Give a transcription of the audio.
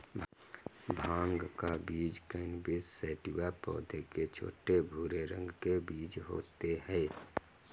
भाँग का बीज कैनबिस सैटिवा पौधे के छोटे, भूरे रंग के बीज होते है